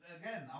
again